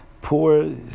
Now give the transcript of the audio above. poor